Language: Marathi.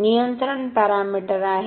नियंत्रण पॅरामीटर आहे